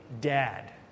dad